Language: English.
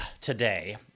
today